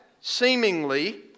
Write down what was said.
seemingly